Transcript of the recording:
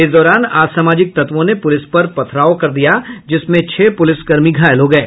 इस दौरान असामाजिक तत्वों ने पुलिस पर पथराव कर दिया जिसमें छह प्रलिस कर्मी घायल हो गये